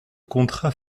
contrat